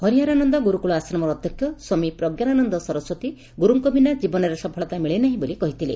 ହରିହରାନନ୍ଦ ଗୁରୁକୁଳ ଆଶ୍ରମର ଅଧ୍ଧକ୍ଷ ସ୍ୱାମୀ ପ୍ରଙ୍କାନାନନ୍ଦ ସରସ୍ୱତୀ ଗୁରୁଙ୍କ ବିନା ଜୀବନରେ ସଫଳତା ମିଳେନାହିଁ ବୋଲି କହିଥିଲେ